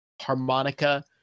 harmonica